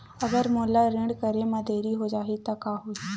अगर मोला ऋण करे म देरी हो जाहि त का होही?